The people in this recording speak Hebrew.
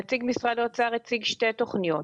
נציג משרד האוצר הציג שתי תוכניות,